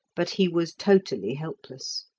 but he was totally helpless.